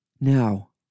Now